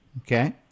Okay